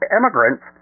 immigrants